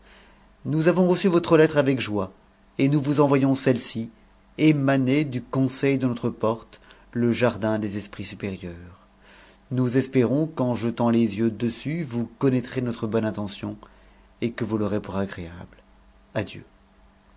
nous avons repu votre lettre avec joie et nous vous envoyons cellef émanée du conseil de notre porte le jardin des esprits supérieurs ous espérons qu'en jetant les yeux dessus vous connaîtrez notre bonne intention et que vous l'aurez pour agréable adieu